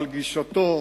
על גישתו